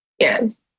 Yes